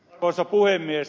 arvoisa puhemies